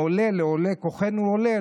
מעולה לעולה כוחנו עולה,